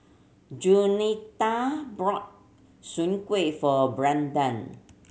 Juanita bought soon kway for Branden